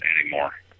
anymore